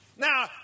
Now